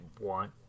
want